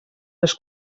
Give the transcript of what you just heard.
les